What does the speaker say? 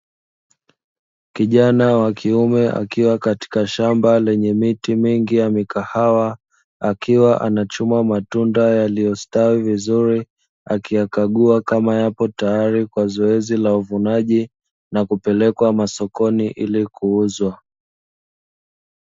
Kijana wa kiume akiwa katika shamba lenye miti mingi ya mikahawa akiwa anachuma matunda yaliyostawi vizuri. Akiyakagua kama yapo tayari kwa zoezi la uvunaji na kupelekwa masokoni ili kuuzwa.